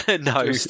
no